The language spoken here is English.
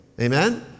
amen